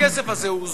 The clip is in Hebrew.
הכסף הזה הוא זול,